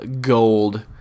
gold